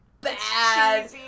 bad